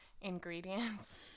Ingredients